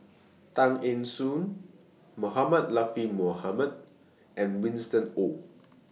Tan Eng Joo Mohamed Latiff Mohamed and Winston Oh